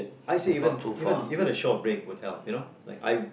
I say even even even a short break would help you know I